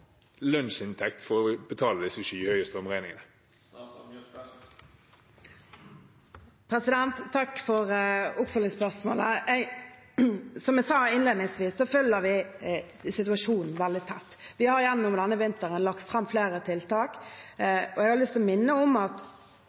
Takk for oppfølgingsspørsmålet. Som jeg sa innledningsvis, følger vi situasjonen veldig tett. Vi har gjennom denne vinteren lagt fram flere tiltak.